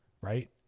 right